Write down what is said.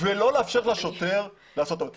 ולא לאפשר לשוטר לעשות את עבודתו?